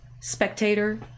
Spectator